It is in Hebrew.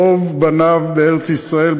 רוב בניו בארץ-ישראל,